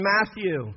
Matthew